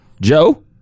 Joe